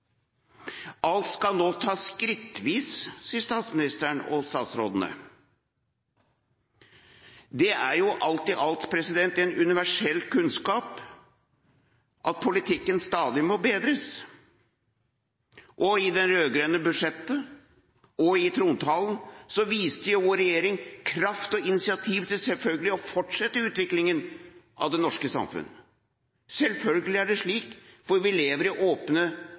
Alt skal nå tas skrittvis, sier statsministeren og statsrådene. Det er jo alt i alt en universell kunnskap at politikken stadig må bedres. I det rød-grønne budsjettet og i trontalen viste jo vår regjering kraft og initiativ til selvfølgelig å fortsette utviklingen av det norske samfunn. Selvfølgelig er det slik, for vi lever i åpne